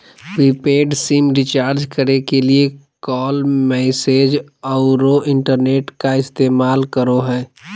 prepaid SIM recharge करे के लिए कॉल, मैसेज औरो इंटरनेट का इस्तेमाल करो हइ